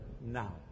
now